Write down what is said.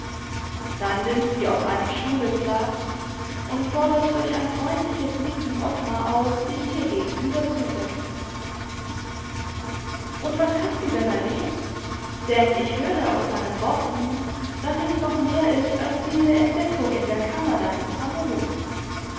dann nimmt sie auf einem stuhle platz und fordert durch ein freundliches nicken ottmar auf sich ihr gegenüber zu setzen und was hast du denn erlebt denn ich höre aus deinen worten daß es noch mehr ist als diese entdeckung in der kammer deines famulus